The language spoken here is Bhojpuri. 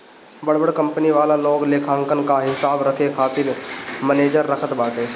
बड़ बड़ कंपनी वाला लोग लेखांकन कअ हिसाब रखे खातिर मनेजर रखत बाटे